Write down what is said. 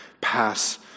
pass